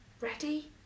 Ready